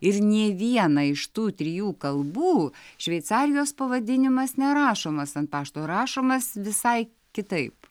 ir nė viena iš tų trijų kalbų šveicarijos pavadinimas nerašomas ant pašto rašomas visai kitaip